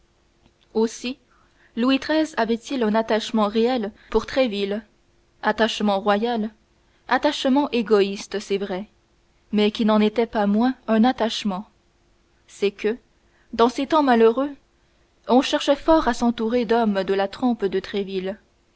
aussi louis xiii avait-il un attachement réel pour tréville attachement royal attachement égoïste c'est vrai mais qui n'en était pas moins un attachement c'est que dans ces temps malheureux on cherchait fort à s'entourer d'hommes de la trempe de tréville